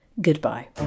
Goodbye